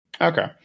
okay